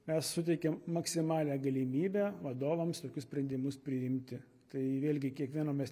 mes suteikiam maksimalią galimybę vadovams tokius sprendimus priimti tai vėlgi kiekvieno mes